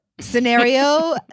scenario